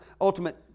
ultimate